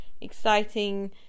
exciting